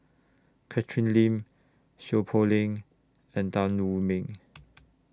Catherine Lim Seow Poh Leng and Tan Wu Meng